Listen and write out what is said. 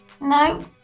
No